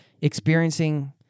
experiencing